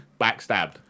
backstabbed